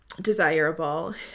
Desirable